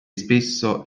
spesso